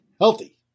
healthy